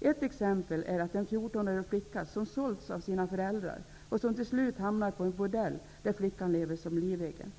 Ett exempel är en 14-årig flicka som sålts av sina föräldrar och som till slut hamnade på en bordell där hon levde som livegen.